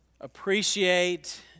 appreciate